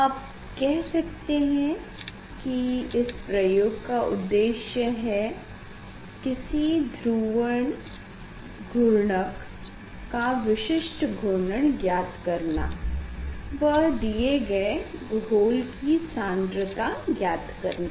आप कह सकते हैं कि इस प्रयोग का उद्देश्य है किसी ध्रुवण घूर्णक का विशिष्ट घूर्णन ज्ञात करना व दिये गए घोल की सांद्रता ज्ञात करना